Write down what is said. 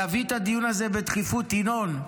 להביא את הדיון הזה בדחיפות, ינון,